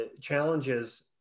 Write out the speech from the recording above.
challenges